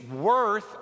worth